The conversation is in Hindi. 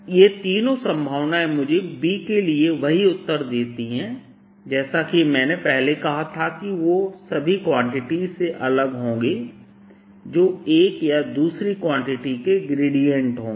ये तीनों संभावनाएं मुझे B के लिए वही उत्तर देती हैं जैसा कि मैंने पहले कहा था कि वे सभी क्वांटिटीज से अलग होंगे जो एक या दूसरी क्वांटिटी के ग्रेडियेंट होंगे